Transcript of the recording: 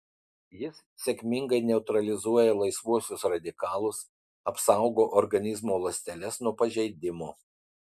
jis sėkmingai neutralizuoja laisvuosius radikalus apsaugo organizmo ląsteles nuo pažeidimo